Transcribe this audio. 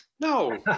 no